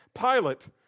Pilate